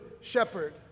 shepherd